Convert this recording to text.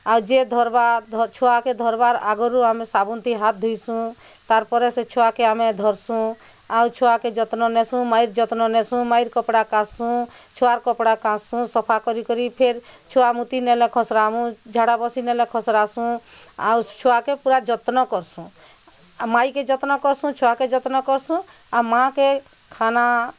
ଆଉ ଯିଏ ଧରିବା ଛୁଆକେ ଧରିବାର ଆଗରୁ ଆମେ ସାବୁନ୍ ଥି ହାତ୍ ଧୋଇଁସୁ ତାର୍ ପରେ ସେ ଛୁଆକେ ଆମେ ଧରସୁଁ ଆଉ ଛୁଆକେ ଯତ୍ନ ନେସୁଁ ମାଇର୍ ଯତ୍ନ ନେସୁଁ ମାଇର୍ କପଡ଼ା କାଚସୁଁ ଛୁଆର୍ କପଡ଼ା କାଚସୁଁ ସଫା କରି କରି ଫେର୍ ଛୁଆ ମୁତିନେଲେ ଖସରାମୁଁ ଝାଡ଼ା ବସିନେଲେ ଖସରାସୁଁ ଆଉ ଛୁଆକେ ପୂରା ଯତ୍ନ କରସୁଁ ଆଉ ମାଇକେ ଯତ୍ନ କରସୁଁ ଛୁଆକେ ଯତ୍ନ କରସୁଁ ଆଉ ମାଆକେ ଖାନା